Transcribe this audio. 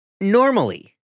Normally